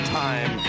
time